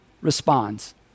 responds